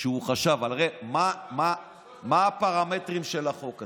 שהוא חשב, הרי מה הפרמטרים של החוק הזה?